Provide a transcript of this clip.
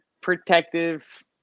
protective